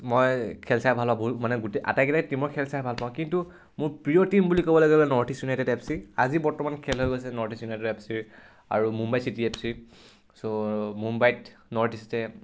মই খেল চাই ভাল পাওঁ বহুত মানে গোটেই আটাইকেইটাই টিমৰ খেল চাই ভাল পাওঁ কিন্তু মোৰ প্ৰিয় টীম বুলি ক'বলৈ গ'লে North East United F C আজি বৰ্তমান খেল হৈ গৈছে ইষ্ট ইউনাইটেড এফ চিৰ আৰু মুম্বাই চিটি এফ চিৰ ছ' মুম্বাইত নৰ্থ ইষ্টে